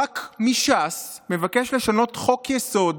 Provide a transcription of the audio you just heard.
ח"כ מש"ס מבקש לשנות חוק-יסוד